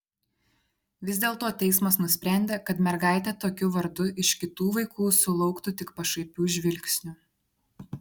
vis dėlto teismas nusprendė kad mergaitė tokiu vardu iš kitų vaikų sulauktų tik pašaipių žvilgsnių